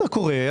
קורה.